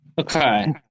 okay